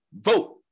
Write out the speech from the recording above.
vote